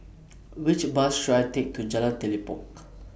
Which Bus should I Take to Jalan Telipok